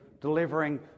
delivering